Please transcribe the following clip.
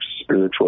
spiritual